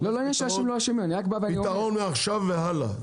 אלא פתרון מעכשיו והלאה.